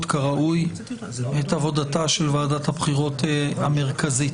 כראוי את עבודתה של ועדת הבחירות המרכזית.